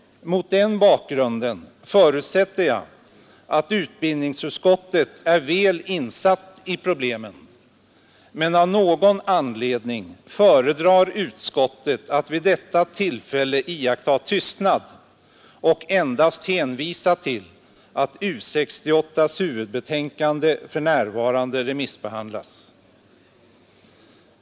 Mot den bakgrunden förutsätter jag att utbildningsutskottet är väl insatt i problemen men av någon anledning föredrar att vid detta tillfälle iaktta tystnad och endast hänvisa till att U 68:s huvudbetänkande för närvarande remissbehandlas.